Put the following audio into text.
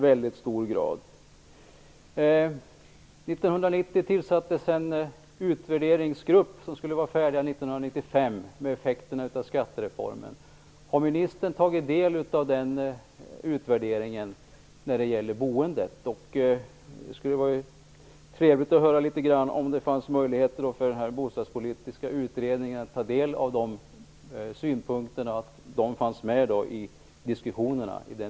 1990 tillsattes en utvärderingsgrupp som skulle vara färdig med effekterna av skattereformen 1995. Har ministern tagit del av den utvärderingen när det gäller boendet? Det skulle vara trevligt om det fanns möjlighet för den bostadspolitiska utredningen att ta del av de synpunkterna och diskutera dem.